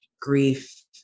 grief